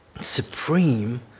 supreme